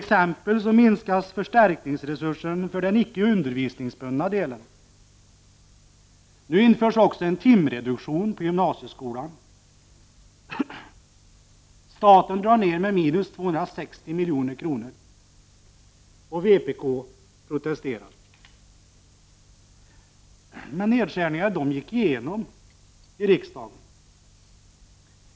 Exempelvis minskas förstärkningsresursen för den icke undervisningsbunda delen. Nu införs också en timreduktion på gymnasieskolan. Staten drar ner med minus 260 milj.kr. Vpk protesterade, men nedskärningarna gick igenom i riksdagen.